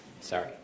Sorry